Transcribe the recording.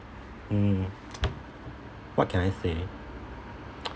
mm what can I say